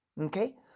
okay